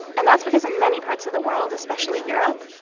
and that's because in many parts of the world, especially europe,